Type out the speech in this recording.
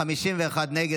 51 נגד.